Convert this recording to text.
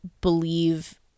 believe